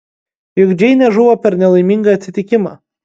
juk džeinė žuvo per nelaimingą atsitikimą